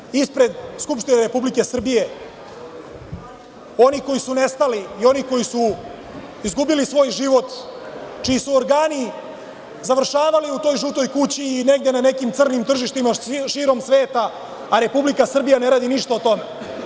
Imate slike ispred Skupštine Republike Srbije onih koji su nestali i onih koji su izgubili svoj život, čiji su organi završavali u toj „Žutoj kući“ i negde na nekim crnim tržištima širom sveta, a Republika Srbija ne radi ništa po tome.